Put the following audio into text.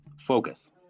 Focus